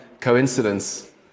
coincidence